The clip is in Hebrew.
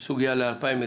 זו סוגיה ל-2020,